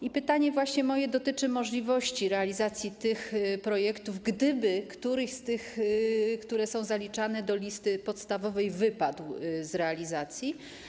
Moje pytanie dotyczy możliwości realizacji tych projektów, gdyby któryś z tych, które są zaliczane do listy podstawowej, wypadł z realizacji.